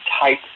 type